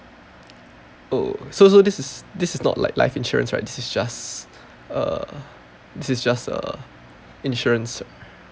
oh so so this is this is not like life insurance right this is just uh this is just uh insurance